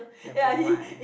never mind